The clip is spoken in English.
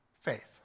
faith